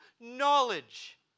knowledge